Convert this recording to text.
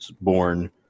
born